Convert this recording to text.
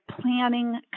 planning